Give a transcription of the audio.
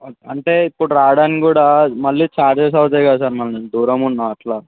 అంటే ఇప్పుడు రావడానికి కుడా మళ్ళీ చార్జెస్ అవుతాయి కదా సార్ మళ్ళీ దూరంగున్న అట్లా